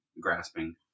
grasping